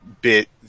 bit